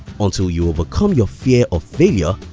until you overcome your fear of failure,